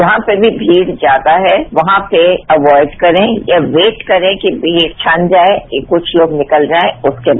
जहां पर भी भीड़ ज्यादा है वहां पर अवाइड करें या वेट करें कि भीड़ छन जाएं कि कुछ लोग निकल जाएं उसके बाद